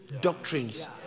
doctrines